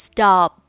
Stop